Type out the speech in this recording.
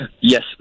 Yes